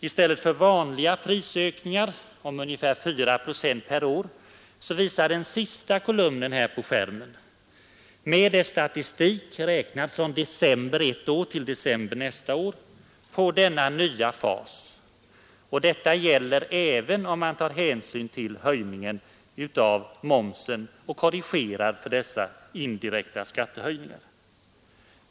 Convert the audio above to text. I stället för ”vanliga” prisökningar om ca 4 procent per år visar den sista kolumnen, med statistik räknad från december ett år till december nästa år, på denna nya fas, och det gäller även om hänsyn tas till höjningen av momsen.